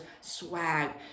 swag